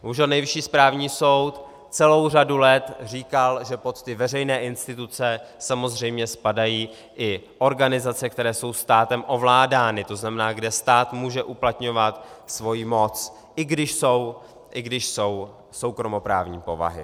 Bohužel Nejvyšší správní soud celou řadu let říkal, že pod ty veřejné instituce samozřejmě spadají i organizace, které jsou státem ovládány, to znamená, kde stát může uplatňovat svoji moc, i když jsou soukromoprávní povahy.